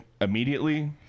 immediately